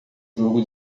jogo